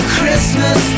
Christmas